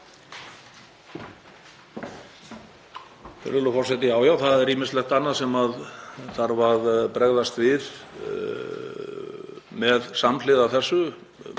það er ýmislegt annað sem þarf að bregðast við samhliða þessu,